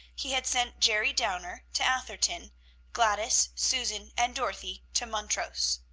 he had sent jerry downer to atherton gladys, susan, and dorothy to montrose.